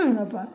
अपन